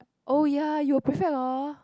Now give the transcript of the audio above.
oh ya you prefect hor